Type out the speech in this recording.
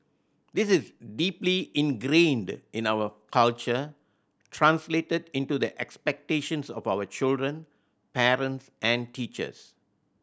this is deeply ingrained in our culture translated into the expectations of our children parents and teachers